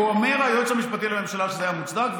היועץ המשפטי לממשלה אומר שזה היה מוצדק,